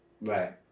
Right